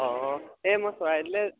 অঁ এই মই চৰাইদেউলৈ